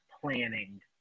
planning